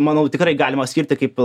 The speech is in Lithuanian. manau tikrai galima skirti kaip